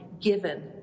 given